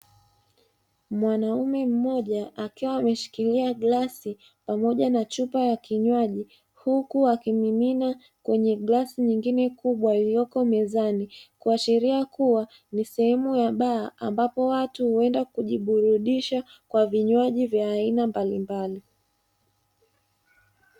Mwanaume mmoja akiwa ameshikilia glasi pamoja na chupa ya kinywaji, huku akimimina kwenye glasi nyingine kubwa iliyoko mezani; kuashiria kuwa ni sehemu ya baa, ambapo watu huenda kujiburudisha kwa vinywaji vya aina mbalimbali.